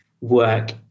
work